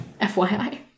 FYI